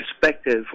perspective